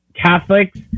Catholics